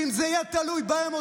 ואם זה יהיה תלוי בהם,